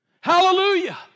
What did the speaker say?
Hallelujah